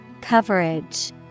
Coverage